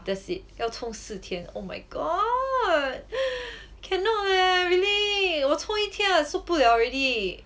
that's it 要冲四天 oh my god cannot leh really 我冲一天我受不了 already